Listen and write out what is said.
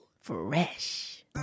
fresh